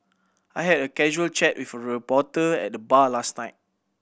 I had a casual chat with a reporter at the bar last night